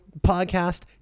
podcast